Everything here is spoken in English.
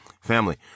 Family